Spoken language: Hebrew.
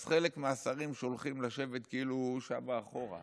אז את חלק מהשרים שולחים לשבת כאילו שם, מאחור,